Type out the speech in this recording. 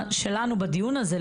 שלנו בדיון הזה,